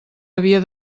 havia